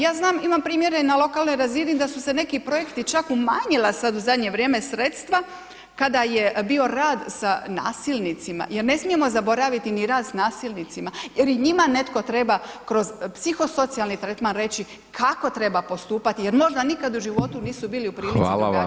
Ja znam, imam primjere i na lokalnoj razini da su se neki projekti čak umanjila sad u zadnje vrijeme sredstava kada je bio rad sa nasilnicima jer ne smijemo zaboraviti ni rad s nasilnicima jer i njima netko treba kroz psihosocijalni tretman reći kako treba postupati jer možda nikad u životu nisu bili u prilici [[Upadica: Hvala vam]] drugačije reagirati.